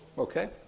okay.